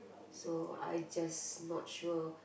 so I just not sure